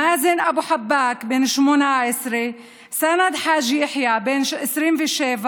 מאזן אבו חבאק, בן 18, סנד חאג' יחיא, בן 27,